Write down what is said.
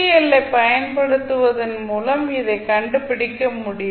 L ஐப் பயன்படுத்துவதன் மூலம் இதை கண்டுபிடிக்க முடியும்